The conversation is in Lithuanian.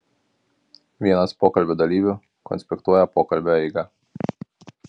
vienas pokalbio dalyvių konspektuoja pokalbio eigą